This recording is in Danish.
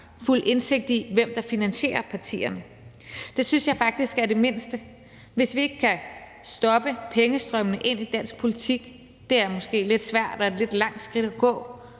fuld indsigt i, hvem der finansierer partierne. Det synes jeg faktisk er det mindste, vi kan gøre. Hvis vi ikke kan stoppe pengestrømmene ind i dansk politik – det er måske lidt svært og et lidt langt skridt at gå